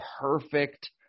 perfect –